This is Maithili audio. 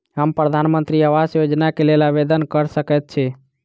हम प्रधानमंत्री आवास योजना केँ लेल आवेदन कऽ सकैत छी?